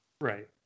Right